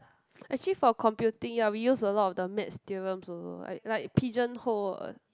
actually for computing ya we use a lot of the maths theorems also like like pigeon hole [what]